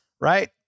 right